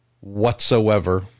whatsoever